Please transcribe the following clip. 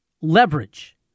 leverage